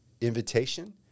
invitation